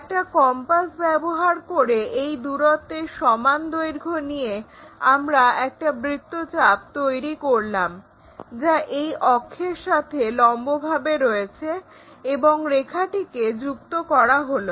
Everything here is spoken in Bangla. একটা কম্পাস ব্যবহার করে এই দূরত্বের সমান দৈর্ঘ্য নিয়ে আমরা একটা বৃত্তচাপ তৈরি করলাম যা এই অক্ষের সাথে লম্বভাবে রয়েছে এবং রেখাটিকে যুক্ত করা হলো